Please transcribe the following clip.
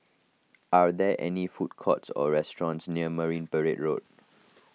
are there any food courts or restaurants near Marine Parade Road